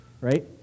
right